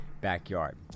backyard